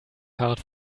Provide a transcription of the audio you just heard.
fahrrad